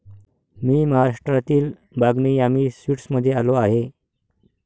मी महाराष्ट्रातील बागनी यामी स्वीट्समध्ये आलो आहे